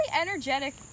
energetic